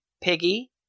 Piggy